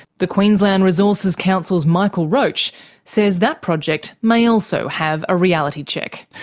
the queensland resources council's michael roche says that project may also have a reality check.